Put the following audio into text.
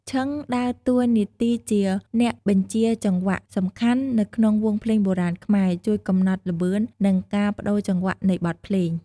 ឈិង ដើរតួនាទីជា អ្នកបញ្ជាចង្វាក់សំខាន់ នៅក្នុងវង់ភ្លេងបុរាណខ្មែរ ជួយកំណត់ល្បឿន និងការប្ដូរចង្វាក់នៃបទភ្លេង។